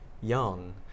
young